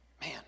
Man